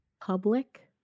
public